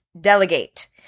delegate